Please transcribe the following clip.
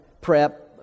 prep